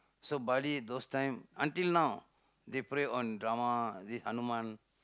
so Bali those time until now they pray on drama Hanuman